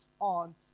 on